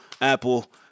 Apple